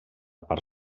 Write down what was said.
part